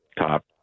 top